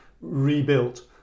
rebuilt